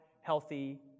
healthy